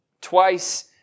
Twice